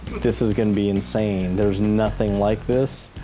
this is gonna be insane, there's nothing like this.